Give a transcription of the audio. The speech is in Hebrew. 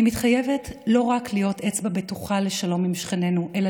אני מתחייבת לא רק להיות אצבע בטוחה לשלום עם שכנינו אלא